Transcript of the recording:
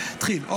התחיל לקרוא,